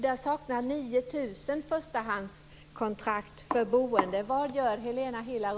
Där saknar 9 000 personer förstahandskontrakt för boende. Vad gör Helena Hillar